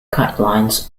guidelines